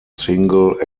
single